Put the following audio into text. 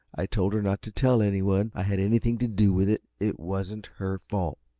i told her not to tell anyone i had anything to do with it. it wasn't her fault.